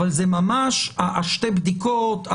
אבל שתי הבדיקות,